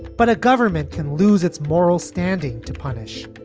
but a government can lose its moral standing to punish.